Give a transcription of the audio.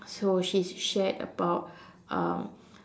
so she's shared about um